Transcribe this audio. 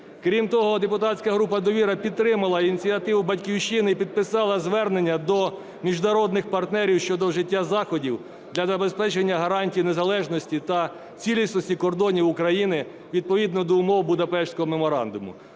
Крім того, депутатська група "Довіра" підтримала ініціативу "Батьківщини" і підписала звернення до міжнародних партнерів щодо вжиття заходів для забезпечення гарантій незалежності та цілісності кордонів України відповідно до умов Будапештського меморандуму.